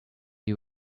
you